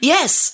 Yes